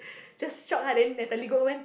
just shocked ah then Natalie go went